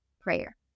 prayer